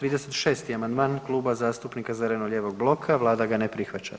36. amandman Kluba zastupnika zeleno-lijevog bloka, Vlada ga ne prihvaća.